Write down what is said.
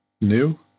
New